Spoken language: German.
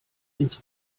ins